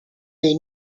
dei